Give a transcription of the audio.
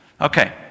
Okay